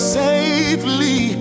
safely